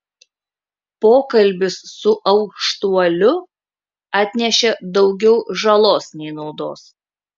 pokalbis su aukštuoliu atnešė daugiau žalos nei naudos